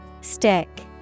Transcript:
Stick